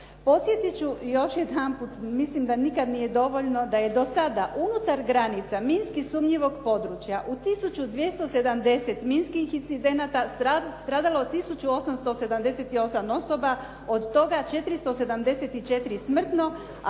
Podsjetit ću još jedanput, mislim da nikada nije dovoljno da je do sada unutar granica minski sumnjivog područja u tisuću 270 minskih incidenata stradalo tisuću 878 osoba, od toga 474 smrtno,